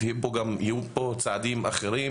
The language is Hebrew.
ויהיו פה גם צעדים אחרים.